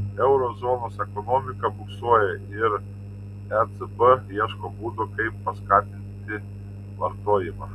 euro zonos ekonomika buksuoja ir ecb ieško būdų kaip paskatinti vartojimą